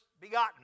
begotten